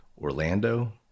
Orlando